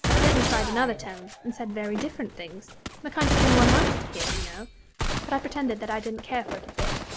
then he tried another tone, and said very different things the kind of thing one likes to hear, you know but i pretended that i didn't care for it a bit.